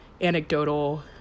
anecdotal